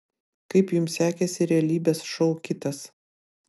kaip jums sekėsi realybės šou kitas